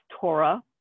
Torah